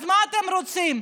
אז מה אתם רוצים?